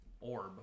Orb